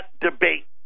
debate